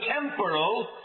temporal